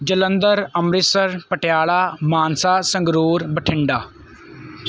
Jalandhar Amritsar Patiala Mansa Sangrur Bathinda